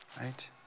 right